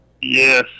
Yes